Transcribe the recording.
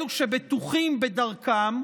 אלו שבטוחים בדרכם,